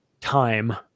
time